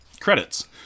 Credits